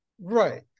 Right